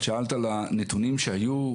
את שאלת על הנתונים שהיו,